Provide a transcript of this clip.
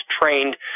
trained